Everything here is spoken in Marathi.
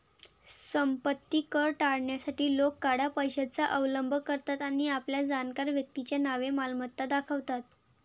संपत्ती कर टाळण्यासाठी लोक काळ्या पैशाचा अवलंब करतात आणि आपल्या जाणकार व्यक्तीच्या नावे मालमत्ता दाखवतात